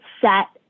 set